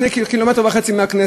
1.5 ק"מ מהכנסת,